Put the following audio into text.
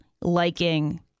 liking